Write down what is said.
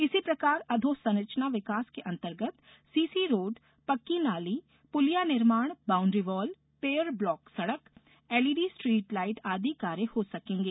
इसी प्रकार अधोसंरचना विकास के अंतर्गत सीसी रोड पक्की नाली पुलिया निर्माण बाउंड्री वॉल पेवर ब्लॉक सड़क एलइडी स्ट्रीट लाइट आदि कार्य हो सकेंगे